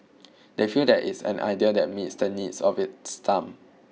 they feel that it's an idea that meets the needs of its time